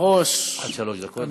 עד שלוש דקות.